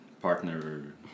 partner